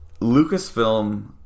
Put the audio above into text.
Lucasfilm